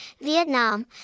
Vietnam